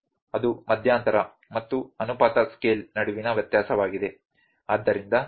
ಆದ್ದರಿಂದ ಅದು ಮಧ್ಯಂತರ ಮತ್ತು ಅನುಪಾತ ಸ್ಕೇಲ್ ನಡುವಿನ ವ್ಯತ್ಯಾಸವಾಗಿದೆ